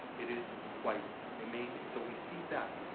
it is quite amazing. so we see that.